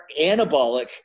anabolic